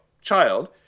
child